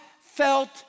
felt